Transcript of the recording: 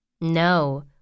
No